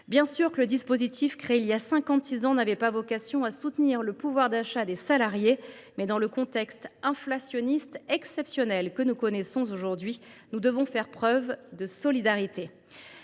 Bien sûr, le dispositif créé il y a cinquante six ans n’avait pas vocation à soutenir le pouvoir d’achat des salariés. Mais dans le contexte inflationniste exceptionnel que nous connaissons aujourd’hui, nous devons faire preuve de solidarité.